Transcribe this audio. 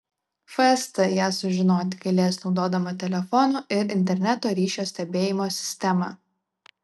fst ją sužinoti galės naudodama telefonų ir interneto ryšio stebėjimo sistemą